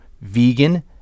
vegan